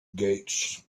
gates